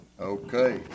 Okay